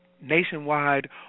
nationwide